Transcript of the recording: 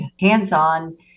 hands-on